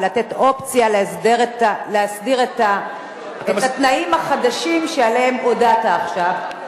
ולתת אופציה להסדיר את התנאים החדשים שעליהם הודעת עכשיו,